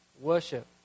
worship